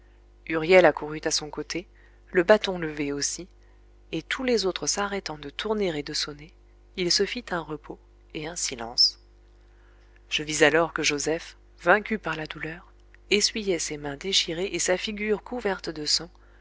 huriel accourut à son côté le bâton levé aussi et tous les autres s'arrêtant de tourner et de sonner il se fit un repos et un silence je vis alors que joseph vaincu par la douleur essuyait ses mains déchirées et sa figure couverte de sang